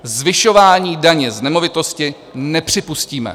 Zvyšování daně z nemovitosti nepřipustíme.